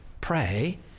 pray